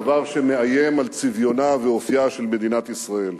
דבר שמאיים על צביונה ואופיה של מדינת ישראל.